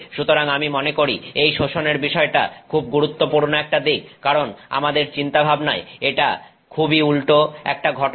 সুতরাং আমি মনে করি এই শোষনের বিষয়টা খুব গুরুত্বপূর্ণ একটা দিক কারণ আমাদের চিন্তা ভাবনায় এটা খুবই উল্টো একটা ঘটনা